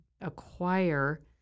acquire